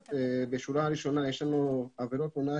בשורה הראשונה בטבלה יש לנו עבירות הונאה